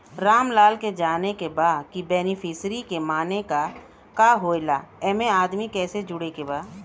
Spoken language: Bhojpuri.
रामलाल के जाने के बा की बेनिफिसरी के माने का का होए ला एमे आदमी कैसे जोड़े के बा?